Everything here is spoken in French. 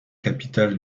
capitale